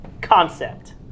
concept